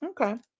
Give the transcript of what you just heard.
Okay